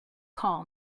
call